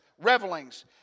revelings